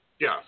Yes